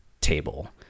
table